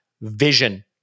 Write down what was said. vision